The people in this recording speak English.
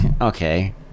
Okay